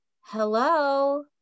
Hello